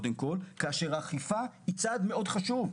כאשר אכיפה היא צד חשוב מאוד,